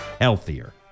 healthier